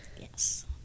Yes